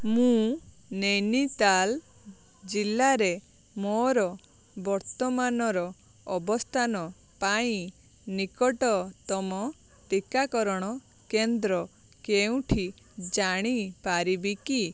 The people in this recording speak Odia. ମୁଁ ନୈନିତାଲ ଜିଲ୍ଲାରେ ମୋର ବର୍ତ୍ତମାନର ଅବସ୍ଥାନ ପାଇଁ ନିକଟତମ ଟିକାକରଣ କେନ୍ଦ୍ର କେଉଁଠି ଜାଣିପାରିବି କି